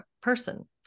person